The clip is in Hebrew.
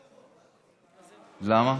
למה?